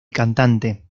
cantante